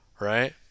right